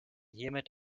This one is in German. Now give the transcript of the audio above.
hiermit